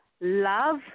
love